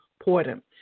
important